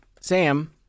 Sam